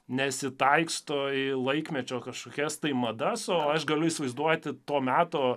nesitaiksto į laikmečio kažkokias tai madas o aš galiu įsivaizduoti to meto